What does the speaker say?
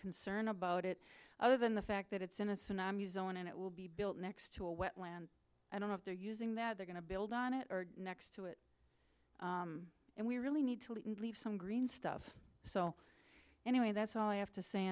concern about it other than the fact that it's in a tsunami zone and it will be built next to a wetland i don't know if they're using that they're going to build on it or next to it and we really need to leave some green stuff so anyway that's all i have to say